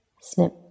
Snip